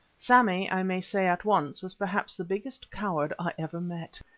sammy, i may say at once, was perhaps the biggest coward i ever met.